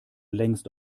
längst